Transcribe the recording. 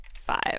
five